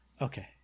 okay